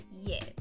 Yes